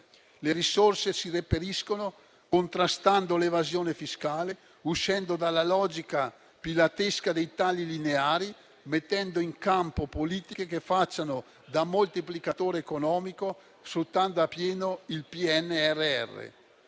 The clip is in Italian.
Le risorse si reperiscono contrastando l’evasione fiscale, uscendo dalla logica pilatesca dei tagli lineari, mettendo in campo politiche che facciano da moltiplicatore economico, sfruttando appieno il PNRR.